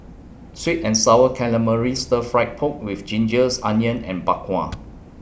Sweet and Sour Calamari Stir Fry Pork with Gingers Onions and Bak Kwa